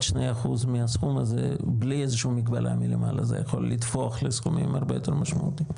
שני אחוזי --- וזה יכול לתפוח לסכומים הרבה יותר משמעותיים.